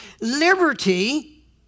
Liberty